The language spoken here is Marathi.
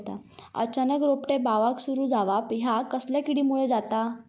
अचानक रोपटे बावाक सुरू जवाप हया कसल्या किडीमुळे जाता?